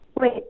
Wait